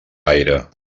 gaire